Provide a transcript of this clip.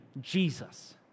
Jesus